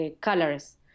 colors